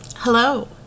Hello